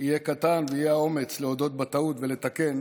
יהיה קטן ושיהיה האומץ להודות בטעות ולתקן